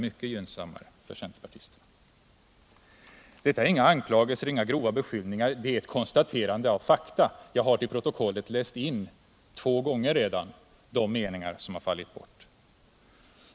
Detta är inga anklagelser, inga grova beskyllningar — det är ett konstaterande av fakta. Jag har redan två gånger till protokollet läst in de meningar som har fallit bort.